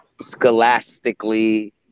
Scholastically